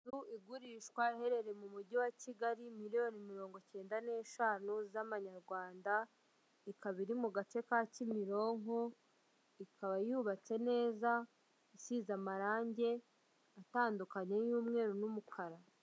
Inzu igurishwa iherereye mu Mujyi wa Kigali miliyoni mirongo icyenda n'eshanu z'amanyarwanda, ikaba iri mu gace ka Kimironko, ikaba yubatse neza, isize amarange atandukanye y'umweru n'umukara.